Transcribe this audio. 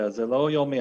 אז זה לא יום מייצג.